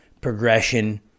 progression